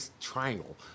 triangle